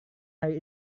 hari